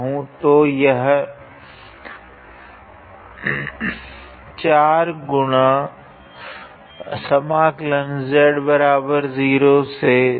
तो यह है